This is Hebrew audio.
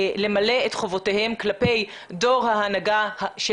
למלא את חובותיהם כלפי דור ההנהגה של